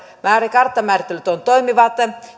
karttamäärittelyt ovat toimivat